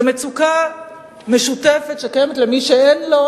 זו מצוקה משותפת שקיימת למי שאין לו,